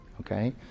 okay